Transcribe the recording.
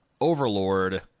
Overlord